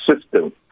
system